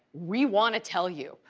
we want to tell you,